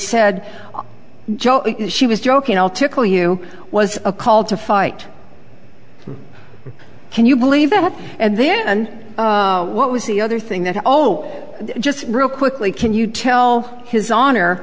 said joe she was joking all tickle you was a call to fight can you believe that and then what was the other thing that although just real quickly can you tell his honor